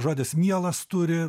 žodis mielas turi